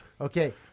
Okay